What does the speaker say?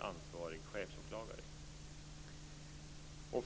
ansvarig chefsåklagare blivit "liggande".